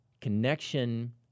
connection